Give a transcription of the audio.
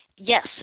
Yes